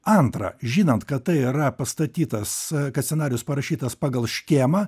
antra žinant kad tai yra pastatytas kad scenarijus parašytas pagal škėmą